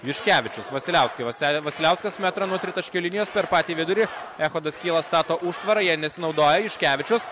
juškevičius vasiliauskui vasilia vasiliauskas metrą nuo tritaškio linijos per patį vidurį echodas kyla stato užtvarą ja nesinaudoja juškevičius